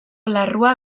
larrua